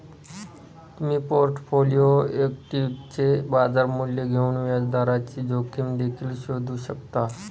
तुम्ही पोर्टफोलिओ इक्विटीचे बाजार मूल्य घेऊन व्याजदराची जोखीम देखील शोधू शकता